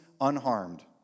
unharmed